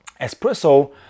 espresso